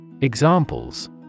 Examples